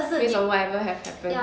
you know whatever have happen